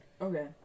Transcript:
Okay